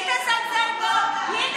היא תזלזל בו?